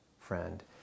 friend